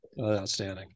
Outstanding